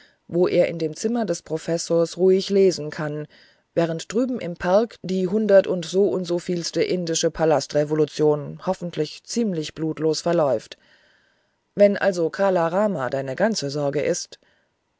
wo er in dem zimmer des professors ruhig lesen kann während drüben im park die hundertundsoundsovielste indische palastrevolution hoffentlich ziemlich blutlos verläuft wenn also kala rama deine ganze sorge ist